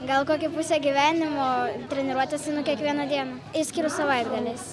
gal kokią pusę gyvenimo treniruotes einu kiekvieną dieną išskyrus savaitgaliais